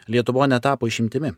lietuva netapo išimtimi